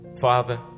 Father